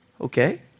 okay